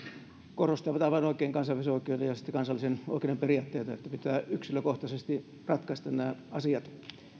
korostavat aivan oikein kansainvälisen oikeuden ja kansallisen oikeuden periaatteita että pitää yksilökohtaisesti ratkaista nämä asiat